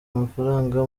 amafaranga